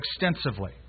extensively